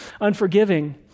unforgiving